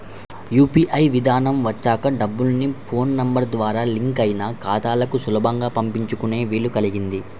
UPI విధానం వచ్చాక డబ్బుల్ని ఫోన్ నెంబర్ ద్వారా లింక్ అయిన ఖాతాలకు సులభంగా పంపించుకునే వీలు కల్గింది